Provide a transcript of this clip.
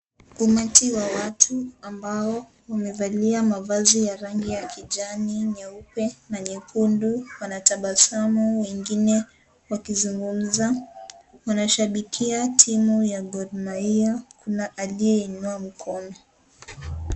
Umati wa watu ambao umevalia mavazi ya rangi ya kijani, nyeupe na nyekundu, wanatabasamu wengine wakizungumza. Wanashabikia timu ya Gor Mahia na aliyeinua mkono.